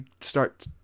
start